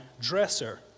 dresser